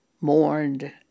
mourned